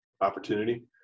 opportunity